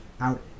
out